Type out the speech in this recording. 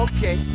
Okay